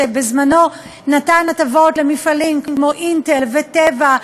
שבזמנו נתן הטבות למפעלים כמו "אינטל" ו"טבע"